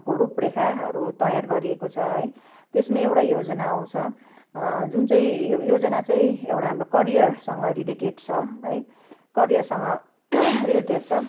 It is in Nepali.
को रूपरेखाहरू तयार गरिएको छ है त्यसमै एउटा योजना आउँछ जुन चाहिँ यो योजना चाहिँ एउटा हाम्रो करियरसँग रिलेटेड छ है करियरसँग रिलेटेड छ